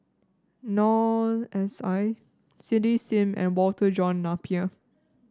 Noor S I Cindy Sim and Walter John Napier